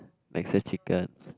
Texas chicken